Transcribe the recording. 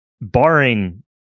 barring